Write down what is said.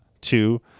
Two